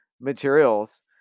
materials